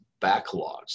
backlogs